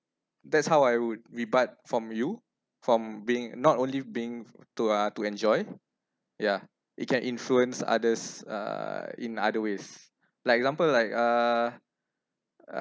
that's how I would rebut from you from being not only being to uh to enjoy ya it can influence others uh in other ways like example like uh